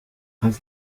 als